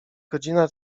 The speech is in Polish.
godzina